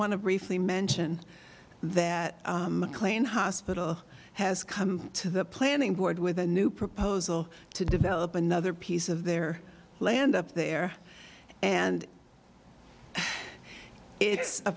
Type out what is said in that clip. to briefly mention that clain hospital has come to the planning board with a new proposal to develop another piece of their land up there and it's a